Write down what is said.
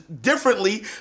differently